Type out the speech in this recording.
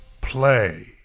play